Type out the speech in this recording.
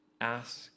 ask